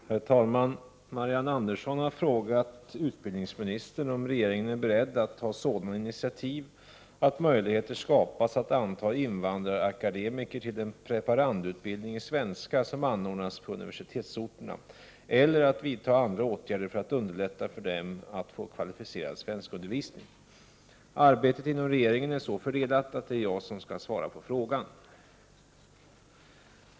Herr talman! Marianne Andersson har frågat utbildningsministern om regeringen är beredd att ta sådana initiativ att möjligheter skapas att anta invandrarakademiker till den preparandutbildning i svenska som anordnas på universitetsorterna eller att vidta andra åtgärder för att underlätta för dem att få kvalificerad svenskundervisning. Arbetet inom regeringen är så fördelat att det är jag som skall svara på frågan.